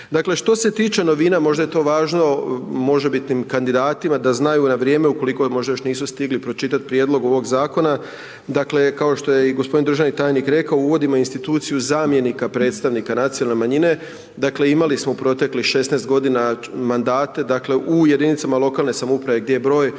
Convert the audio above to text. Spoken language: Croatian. što se tiče novina, možda je to važno možebitnim kandidatima da znaju na vrijeme ukoliko je, možda još nisu stigli pročitati prijedlog ovog zakona. Dakle kao što je i gospodin državni tajnik rekao uvodimo instituciju zamjenika predstavnika nacionalne manjine. Dakle imali smo u proteklih 16 godina mandate, dakle u jedinicama lokalne samouprave gdje je broj